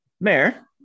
Mayor